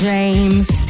James